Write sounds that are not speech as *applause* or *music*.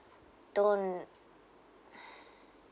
don't *breath*